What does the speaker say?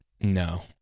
No